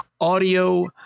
audio